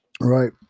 Right